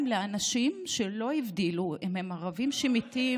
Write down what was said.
לאנשים שלא הבדילו אם הם ערבים שמתים,